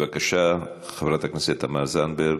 בבקשה, חברת הכנסת תמר זנדברג.